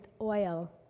oil